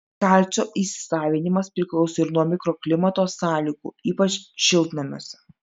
kalcio įsisavinimas priklauso ir nuo mikroklimato sąlygų ypač šiltnamiuose